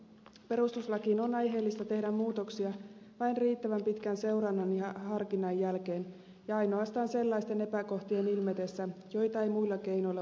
perustuslakiin on aiheellista tehdä muutoksia vain riittävän pitkän seurannan ja harkinnan jälkeen ja ainoastaan sellaisten epäkohtien ilmetessä joita ei muilla keinoilla voi ratkaista